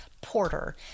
porter